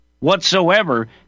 whatsoever